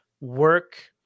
work